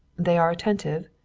they are attentive?